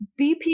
BP